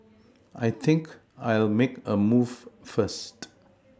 I think I'll make a move first